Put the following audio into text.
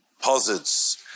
posits